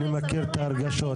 אני מכיר את ההרגשות,